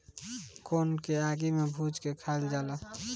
कोन के आगि में भुज के खाइल जाला